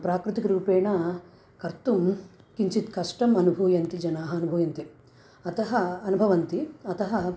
प्राकृतिकरूपेण कर्तुं किञ्चित् कष्टम् अनुभवन्ति जनाः अनुभूयन्ते अतः अनुभवन्ति अतः